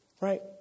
Right